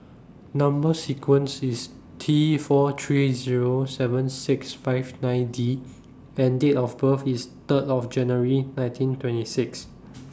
Number sequence IS T four three Zero seven six five nine D and Date of birth IS Third of January nineteen twenty six